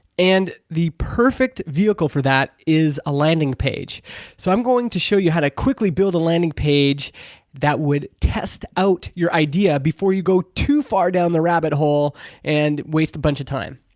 and the perfect vehicle for that is a landing page so i'm going to show you how to quickly build a landing page that would test out your idea before you go too far down the rabbit hole and waste a bunch of time.